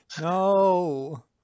No